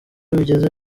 bigenze